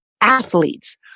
athletes